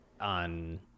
on